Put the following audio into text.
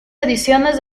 ediciones